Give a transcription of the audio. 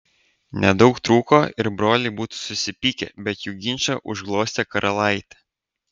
nedaug trūko ir broliai būtų susipykę bet jų ginčą užglostė karalaitė